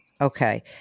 Okay